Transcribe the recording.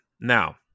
now